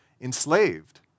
enslaved